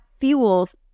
fuels